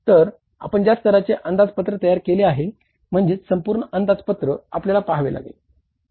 तर आपण ज्या स्तराचे अंदाजपत्र तयार केले आहे म्हणजेच संपूर्ण अंदाजपत्र आपल्याला पाहावे लागेल